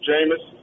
Jameis